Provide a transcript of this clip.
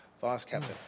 vice-captain